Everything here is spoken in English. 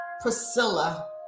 Priscilla